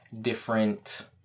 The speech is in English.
different